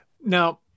Now